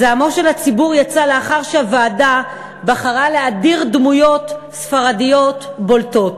זעמו של הציבור יצא לאחר שהוועדה בחרה להדיר דמויות ספרדיות בולטות.